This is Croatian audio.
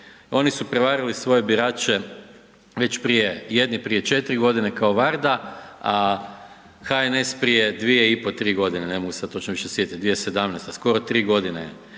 oni su prevarili svoje birače već prije, jedni prije 4 g. kao Varda a HNS prije 2,5, 3 g., ne mogu se sad točno više sjetit, 2017., skoro 3 g. je